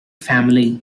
family